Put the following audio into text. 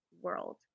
world